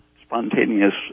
spontaneous